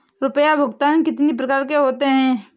रुपया भुगतान कितनी प्रकार के होते हैं?